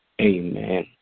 Amen